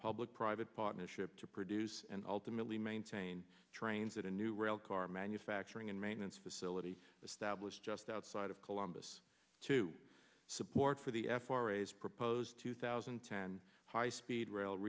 public private partnership to produce and ultimately maintain trains that a new rail car manufacturing and maintenance facility established just outside of columbus to support for the f r a's proposed two thousand and ten high speed rail